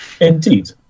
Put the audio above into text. Indeed